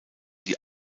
die